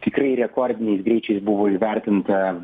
tikrai rekordiniai greičiais buvo įvertinta